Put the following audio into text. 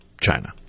China